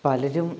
പലരും